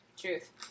Truth